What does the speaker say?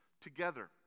together